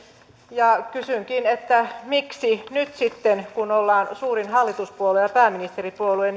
ja kysynkin miksi nyt sitten kun ollaan suurin hallituspuolue ja pääministeripuolue